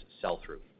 sell-through